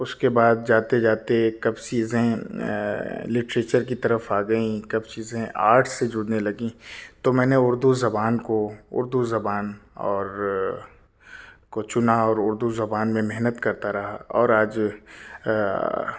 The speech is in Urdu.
اس کے بعد جاتے جاتے کب چیزیں لٹریچر کی طرف آ گئیں کب چیزیں آرٹ سے جڑنے لگیں تو میں نے اردو زبان کو اردو زبان اور کو چنا اور اردو زبان میں محنت کرتا رہا اور آج